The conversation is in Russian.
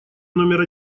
номер